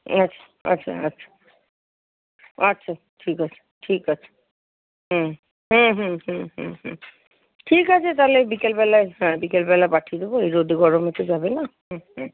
আচ্ছা আচ্ছা আচ্ছা ঠিক আছে ঠিক আছে হুম হুম হুম ঠিক আছে তাহলে বিকেলবেলা হ্যাঁ বিকেলবেলা পাঠিয়ে দেবো এই রোদে গরমে তো যাবে না হুম হুম